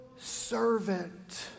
servant